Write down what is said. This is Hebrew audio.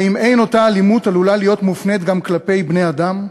האם אין אותה אלימות עלולה להיות מופנית גם כלפי בני-אדם?